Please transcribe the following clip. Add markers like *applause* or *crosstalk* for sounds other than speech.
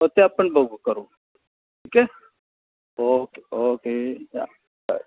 हो ते आपण बघू करू ठीक आहे ओके ओके या *unintelligible*